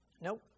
Nope